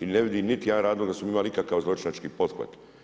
i ne vidim niti jedan razloga da smo im imali ikakvi zločinački pothvat.